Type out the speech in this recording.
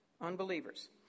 unbelievers